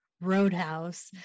Roadhouse